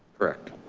correct